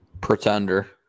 Pretender